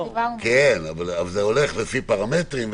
כן, אבל זה הולך לפי פרמטרים.